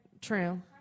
True